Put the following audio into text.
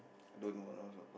Don't know I don't know